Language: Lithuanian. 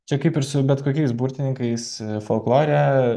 čia kaip ir su bet kokiais burtininkais folklore